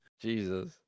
jesus